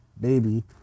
baby